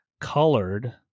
colored